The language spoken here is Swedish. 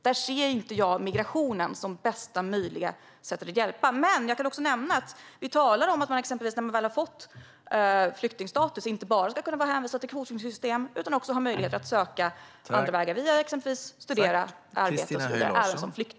Jag ser inte migrationen som bästa möjliga sätt att hjälpa. När man däremot har fått flyktingstatus säger vi att det inte bara behöver hänvisas till ett kvotflyktingsystem, utan man ska som flykting också ha möjlighet att söka andra vägar, exempelvis genom att studera eller arbeta.